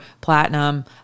platinum